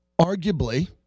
Arguably